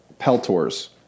Peltors